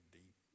deep